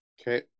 okay